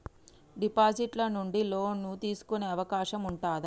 Deposit ల నుండి loan తీసుకునే అవకాశం ఉంటదా?